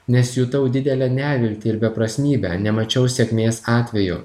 nes jutau didelę neviltį ir beprasmybę nemačiau sėkmės atvejų